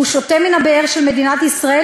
הוא שותה מן הבאר של מדינת ישראל,